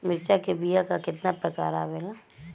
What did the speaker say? मिर्चा के बीया क कितना प्रकार आवेला?